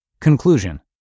Conclusion